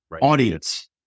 audience